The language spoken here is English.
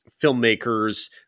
filmmakers